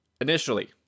initially